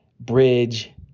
Bridge